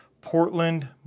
Portland